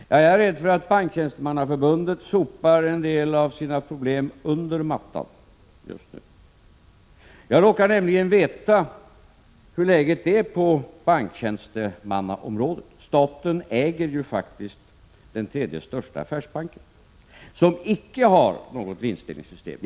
Jag är rädd för att Banktjänstemannaförbundet sopar en del av sina problem under mattan just nu. Jag råkar nämligen veta hur läget är på banktjänstemannaområdet. Staten äger faktiskt den tredje största affärsbanken, som icke har något vinstdelningssystem.